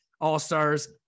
All-Stars